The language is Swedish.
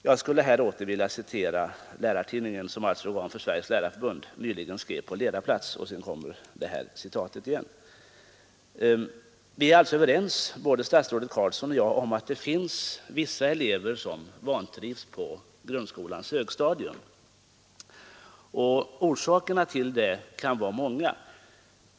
Jag skulle här åter vilja citera vad Lärartidningen, som är organ för Sveriges lärarförbund, nyligen skrev på ledarplats”, och så följde detta citat igen. Vi är alltså överens både statsrådet Carlsson och jag om att det finns vissa elever som vantrivs på grundskolans högstadium, och orsakerna till det kan vara många.